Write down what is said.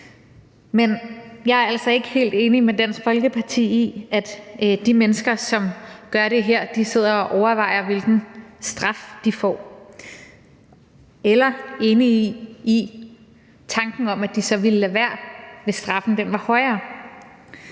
Jeg er altså ikke helt enig med Dansk Folkeparti i, at de mennesker, som gør det her, sidder og overvejer, hvilken straf de får. Jeg er heller ikke enig i tanken om, at de så ville lade være, hvis straffen var højere.